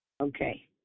Okay